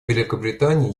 великобритании